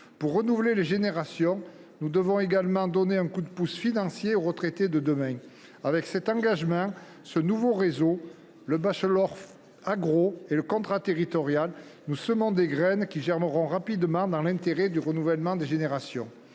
Pour renouveler les générations, nous devons également donner un coup de pouce financier aux retraités de demain. Avec cet engagement, ce nouveau réseau, le bachelor agro et le contrat territorial, nous semons des graines qui germeront rapidement dans l’intérêt du renouvellement des générations.